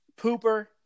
Pooper